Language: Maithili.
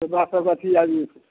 हमरा सभके अथी आबि